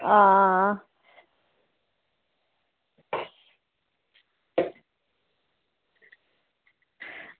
आं